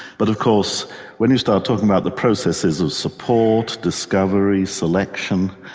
but of course when you start talking about the processes of support, discovery, selection,